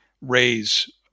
raise